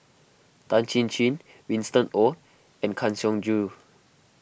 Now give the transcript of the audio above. Tan Chin Chin Winston Oh and Kang Siong Joo